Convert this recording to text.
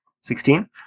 Sixteen